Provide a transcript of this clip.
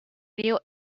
río